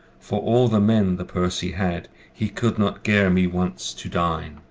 for all the men the percy had, he could not garre me once to dyne.